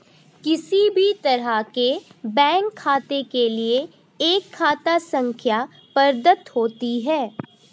किसी भी तरह के बैंक खाते के लिये एक खाता संख्या प्रदत्त होती है